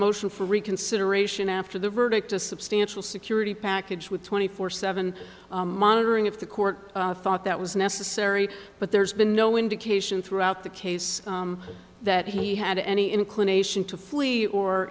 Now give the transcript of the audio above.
motion for reconsideration after the verdict a substantial security package with twenty four seven monitoring if the court thought that was necessary but there's been no indication throughout the case that he had any inclination to flee or